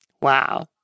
Wow